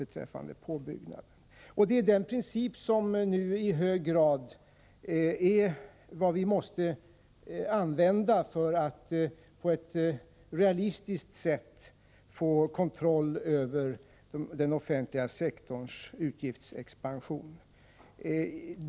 Det är en sådan princip vi nu i hög grad måste tillämpa för att på ett realistiskt sätt få kontroll över den offentliga sektorns utgiftsexpansion.